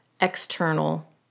external